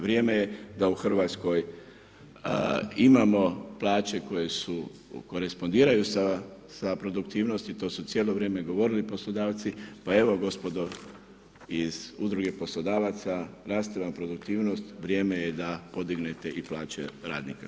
Vrijeme je da u RH imamo plaće koje su, korenspondiraju sa produktivnosti, to su cijelo vrijeme govorili poslodavci, pa evo gospodo iz udruge poslodavaca, raste vam produktivnost, vrijeme je da podignete i plaće radnika.